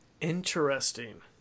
Interesting